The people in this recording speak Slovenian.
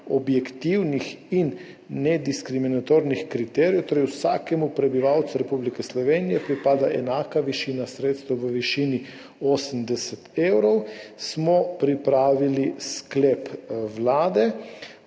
objektivnih in nediskriminatornih kriterijev, torej vsakemu prebivalcu Republike Slovenije pripada enaka višina sredstev v višini 80 evrov. Vladno gradivo je bilo